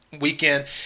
weekend